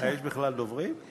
מה, יש בכלל דוברים?